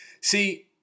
See